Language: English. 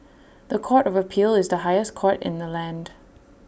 The Court of appeal is the highest court in the land